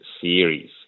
series